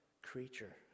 creature